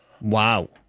Wow